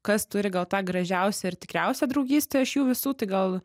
kas turi gal tą gražiausią ir tikriausią draugystę iš jų visų tai gal